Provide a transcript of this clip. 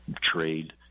trade